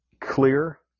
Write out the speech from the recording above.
clear